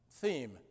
theme